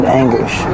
anguish